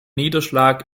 niederschlag